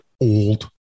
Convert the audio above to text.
old